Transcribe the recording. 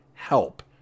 Help